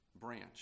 branch